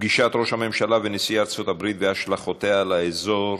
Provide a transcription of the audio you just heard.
פגישת ראש הממשלה עם נשיא ארצות-הברית והשלכותיה על האזור,